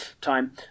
time